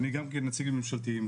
אני גם נציג הממשלתיים,